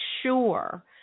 sure